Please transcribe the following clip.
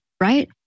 right